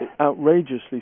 outrageously